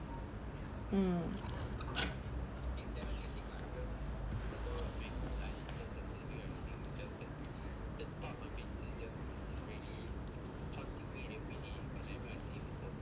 mm